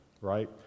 right